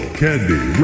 candy